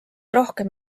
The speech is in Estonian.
rohkem